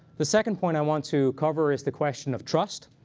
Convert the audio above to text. the second point i want to cover is the question of trust.